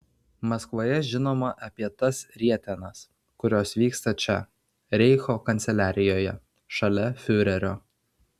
maskvoje žinoma apie tas rietenas kurios vyksta čia reicho kanceliarijoje šalia fiurerio